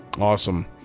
Awesome